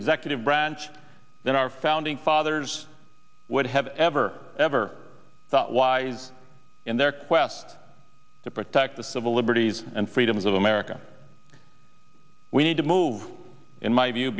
of branch than our founding fathers would have ever ever thought wise in their quest to protect the civil liberties and freedoms of america we need to move in my view